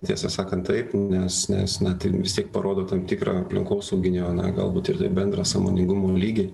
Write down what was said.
tiesą sakant taip nes nes ten vis tiek parodo tam tikrą aplinkosauginio na galbūt ir bendrą sąmoningumo lygį